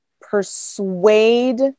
persuade